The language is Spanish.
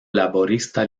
laborista